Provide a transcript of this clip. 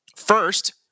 first